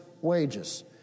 wages